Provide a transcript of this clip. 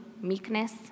meekness